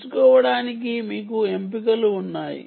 ఎంచుకోవడానికి మీకు ఎంపికలు ఉన్నాయి